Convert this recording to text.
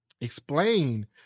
explain